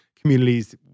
communities